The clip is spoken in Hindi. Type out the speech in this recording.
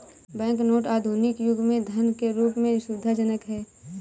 बैंक नोट आधुनिक युग में धन के रूप में सुविधाजनक हैं